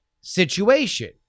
situation